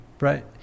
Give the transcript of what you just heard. right